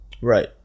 Right